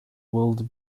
would